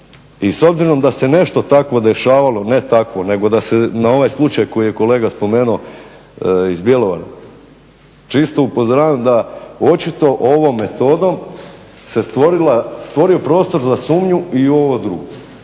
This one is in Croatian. i s obzirom da se nešto takvo dešavalo, ne takvo nego da se na onaj slučaj koji je kolega spomenuo iz Bjelovara, čisto upozoravam da očito ovom metodom se stvorio prostor za sumnju i ovo drugo.